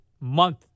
month